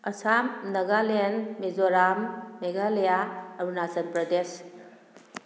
Assam Nagaland Mizoram Meghalaya Arunachal Pradesh